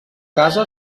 casa